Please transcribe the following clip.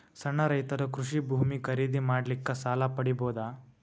ಸಣ್ಣ ರೈತರು ಕೃಷಿ ಭೂಮಿ ಖರೀದಿ ಮಾಡ್ಲಿಕ್ಕ ಸಾಲ ಪಡಿಬೋದ?